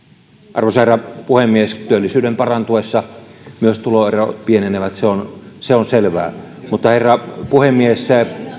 arvoisa herra puhemies työllisyyden parantuessa myös tuloerot pienenevät se on se on selvää herra puhemies